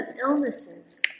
illnesses